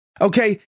Okay